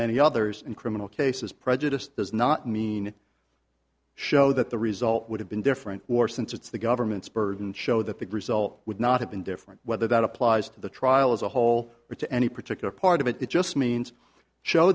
many others in criminal cases prejudiced does not mean show that the result would have been different or since it's the government's burden show that the gristle would not have been different whether that applies to the trial as a whole or to any particular part of it it just means show